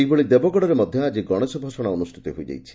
ସେହିଭଳି ଦେବଗଡ଼ରେ ମଧ୍ଧ ଆଳି ଗଣେଶ ଭସାଶ ଅନୁଷ୍ଠିତ ହୋଇଯାଇଛି